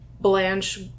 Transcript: Blanche